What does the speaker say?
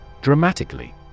Dramatically